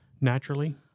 naturally